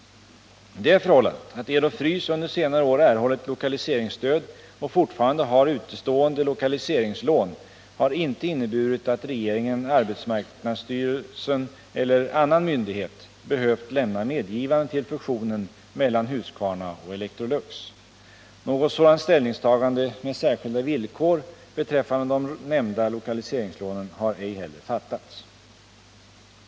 Det förhållandet att Ero-Frys under senare år erhållit lokaliseringsstöd och fortfarande har utestående lokaliseringslån har inte inneburit att regeringen, arbetsmarknadsstyrelsen eller annan myndighet behövt lämna medgivande till fusionen mellan Husqvarna och Electrolux. Något sådant ställningstagande med särskilda villkor beträffande de nämnda lokaliseringslånen har ej heller gjorts.